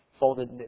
folded